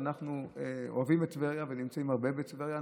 ואנחנו אוהבים את טבריה ונמצאים הרבה בטבריה,